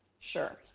sure.